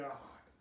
God